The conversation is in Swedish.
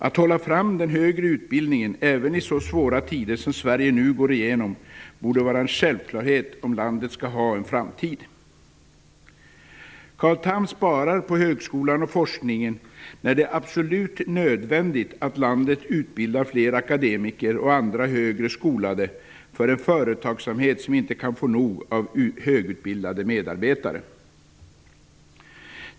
Att hålla fram den högre utbildningen, även i så svåra tider som de Sverige nu går igenom, borde vara en självklarhet om landet skall ha någon framtid. Carl Tham sparar på högskolan och på forskningen när det är absolut nödvändigt att landet utbildar fler akademiker och andra högre skolade för en företagsamhet som inte kan få nog av högutbildade medarbetare.